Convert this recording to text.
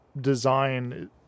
design